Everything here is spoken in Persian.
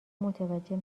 متوجه